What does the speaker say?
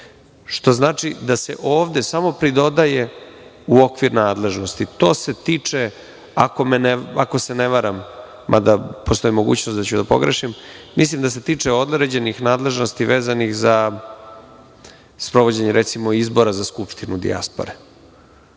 što znači da se ovde samo pridodaje u okvir nadležnosti. To se tiče, ako se ne varam, mada postoji mogućnost da ću da pogrešim, mislim da se tiče određenih nadležnosti vezanih za sprovođenje recimo izbora za Skupštinu dijaspore.